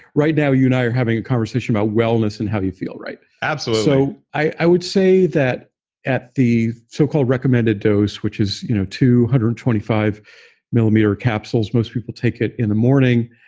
right now, you and i are having a conversation about wellness and how you feel absolutely so i would say that at the so-called recommended dose, which is you know two hundred and twenty five millimeter capsules most people take it in the morning,